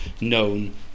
known